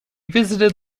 visited